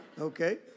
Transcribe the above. Okay